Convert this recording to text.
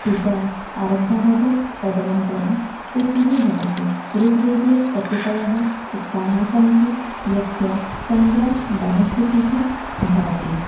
पूजा आरब्धा भवेत् तदनन्तरं स्तुतिः भवति ऋग्वेदे कतिपयसूक्तानि सन्ति यस्य संज्ञा दानस्तुतिः भवति